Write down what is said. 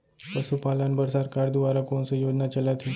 पशुपालन बर सरकार दुवारा कोन स योजना चलत हे?